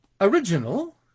original